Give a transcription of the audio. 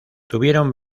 tuvieron